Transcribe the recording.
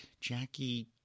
Jackie